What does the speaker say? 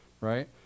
right